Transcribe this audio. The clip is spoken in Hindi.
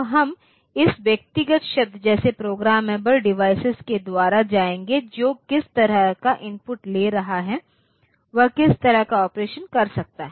तो हम इस व्यक्तिगत शब्द जैसे प्रोग्रामेबल डिवाइस के द्वारा जाएंगे जो किस तरह का इनपुट ले रहा है वह किस तरह का ऑपरेशन कर सकता है